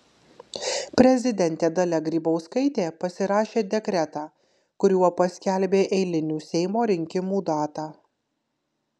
prezidentė dalia grybauskaitė pasirašė dekretą kuriuo paskelbė eilinių seimo rinkimų datą